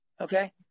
okay